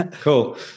Cool